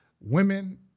women